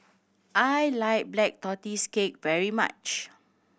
I like Black Tortoise Cake very much